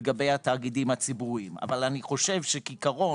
לגבי התאגידים הציבוריים אבל כעיקרון,